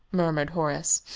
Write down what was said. murmured horace,